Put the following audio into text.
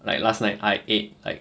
like last night I ate like